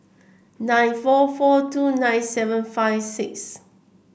nine four four two nine seven five six